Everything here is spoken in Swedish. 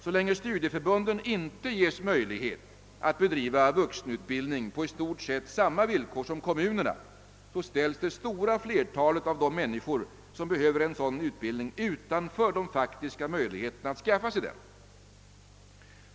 Så länge studieför bunden inte ges möjlighet att bedriva vuxenutbildning på i stort sett samma villkor som kommunerna ställs det stora flertalet av de människor som behöver sådan utbildning utanför de faktiska möjligheterna att skaffa sig den.